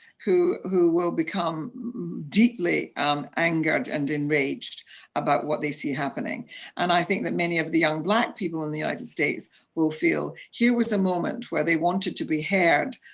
who who will become deeply um angered and enraged about what they see happening and i think that many of the young black people in the united states will feel, here was a moment where they wanted to be heard